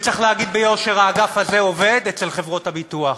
וצריך להגיד ביושר: האגף הזה עובד אצל חברות הביטוח,